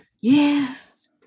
Yes